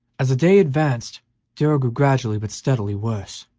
as the day advanced darrell grew gradually but steadily worse.